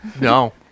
No